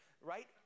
right